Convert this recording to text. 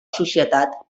societat